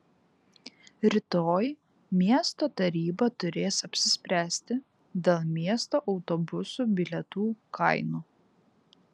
rytoj miesto taryba turės apsispręsti dėl miesto autobusų bilietų kainų